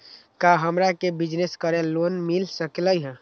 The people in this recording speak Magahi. का हमरा के बिजनेस करेला लोन मिल सकलई ह?